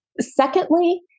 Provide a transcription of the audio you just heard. Secondly